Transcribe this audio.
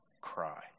cry